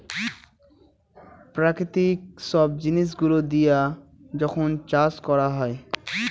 প্রাকৃতিক সব জিনিস গুলো দিয়া যখন চাষ করা হয়